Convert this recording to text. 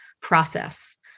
process